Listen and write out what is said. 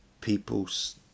people's